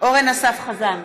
אורן אסף חזן,